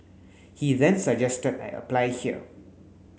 he then suggested I apply here